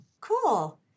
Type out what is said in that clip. Cool